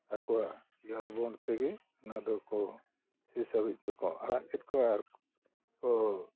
ᱟᱠᱚᱣᱟᱜ ᱡᱚᱦᱟᱨ ᱜᱚᱸᱰ ᱛᱮᱜᱮ ᱚᱱᱟ ᱫᱚᱠᱚ ᱥᱮᱥ ᱦᱟᱹᱵᱤᱡ ᱛᱮᱠᱚ ᱟᱲᱟᱜ ᱠᱮᱫ ᱠᱚᱣᱟ ᱟᱨ ᱠᱚ